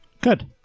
good